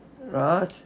Right